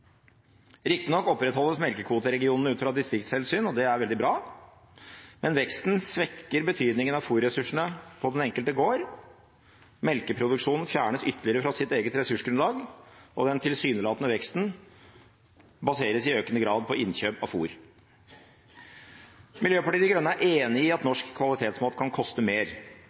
Riktignok opprettholdes melkekvoteregionene ut fra distriktshensyn, og det er veldig bra. Men veksten svekker betydningen av fôrressursene på den enkelte gård, melkeproduksjonen fjernes ytterligere fra sitt eget ressursgrunnlag, og den tilsynelatende veksten baseres i økende grad på innkjøp av fôr. Miljøpartiet De Grønne er enig i at